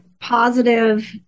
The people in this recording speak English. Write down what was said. positive